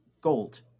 gold